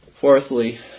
Fourthly